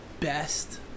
best